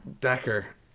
Decker